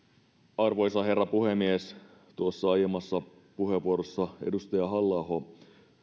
arvoisa herra puhemies tuossa aiemmassa puheenvuorossaan edustaja halla aho